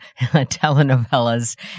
telenovelas